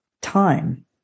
time